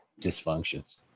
dysfunctions